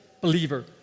believer